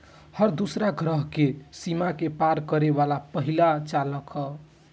हर दूसरा ग्रह के सीमा के पार करे वाला पहिला चालक ह